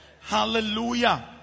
Hallelujah